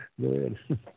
good